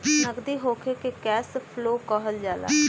नगदी होखे के कैश फ्लो कहल जाला